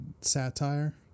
Satire